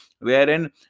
wherein